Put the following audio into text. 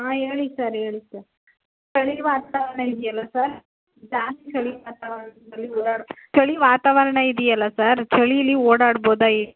ಹಾಂ ಹೇಳಿ ಸರ್ ಹೇಳಿ ಸರ್ ಚಳಿ ವಾತಾವರಣ ಇದೆಯಲ್ಲ ಸರ್ ಜಾಸ್ತಿ ಚಳಿ ವಾತಾವರಣದಲ್ಲಿ ಓಡಾಡಿ ಚಳಿ ವಾತಾವರಣ ಇದೆಯಲ್ಲ ಸರ್ ಚಳಿಲಿ ಓಡಾಡ್ಬೋದಾ ಏ